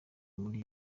muri